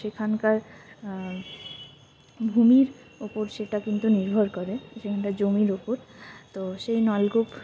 সেখানকার ভূমির ওপর সেটা কিন্তু নির্ভর করে সেখানকার জমির ওপর তো সেই নলকূপ